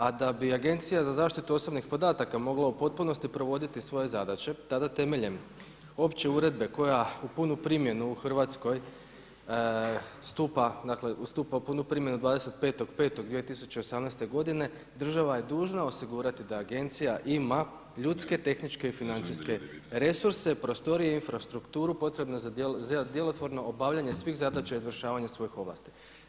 A da bi Agencija za zaštitu osobnih podataka mogla u potpunosti provoditi svoje zadaće tada temeljem opće uredbe koja u punu primjenu u Hrvatskoj stupa u punu primjenu 25.5.2018. godine država je dužna osigurati da Agencija ima ljudske, tehničke i financijske resurse, prostorije, infrastrukturu potrebne za djelotvorno obavljanje svih zadaća i izvršavanja svojih ovlasti.